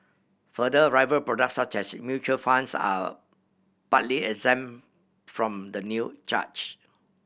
further rival product such as in mutual funds are partly exempt from the new charge